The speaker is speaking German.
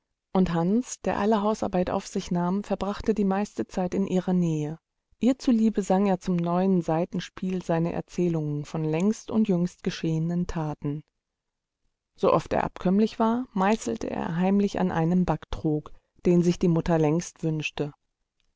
und hans der alle hausarbeit auf sich nahm verbrachte die meiste zeit in ihrer nähe ihr zuliebe sang er zum neuen saitenspiel seine erzählungen von längst und jüngst geschehenen taten sooft er abkömmlich war meißelte er heimlich an einem backtrog den sich die mutter längst wünschte